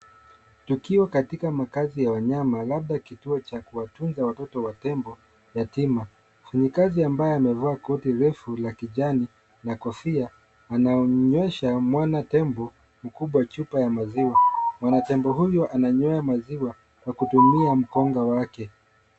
Tukio katoka makazi ya wanyama labda kituo cha kuwatunza watoto wa tembo yatima. Mwenye kazi ambaye amevaa koti refu la kijani na kofia ananywesha mwanatembo mkubwa chupa ya maziwa. Mwanatembo huyu anayanywa maziwa kutumia mkunga wake.